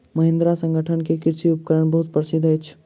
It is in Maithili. महिंद्रा संगठन के कृषि उपकरण बहुत प्रसिद्ध अछि